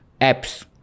apps